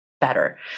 better